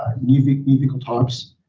um new vehicle types,